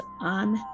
on